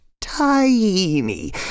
tiny